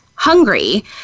hungry